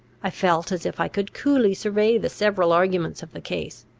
i felt as if i could coolly survey the several arguments of the case,